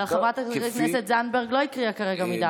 אבל חברת הכנסת זנדברג לא הקריאה כרגע מדף.